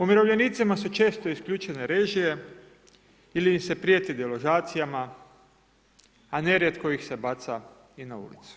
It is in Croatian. Umirovljenicima su često isključene režije ili im se prijeti deložacijama, a nerijetko ih se baca i na ulicu.